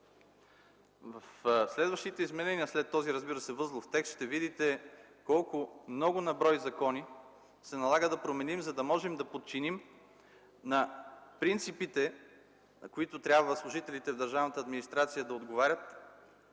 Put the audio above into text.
В следващите изменения, след този, разбира се, възлов текст, ще видите колко много на брой закони се налага да променим, за да можем да подчиним на принципите, на които трябва служителите в държавната администрация да отговарят,